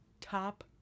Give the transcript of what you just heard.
top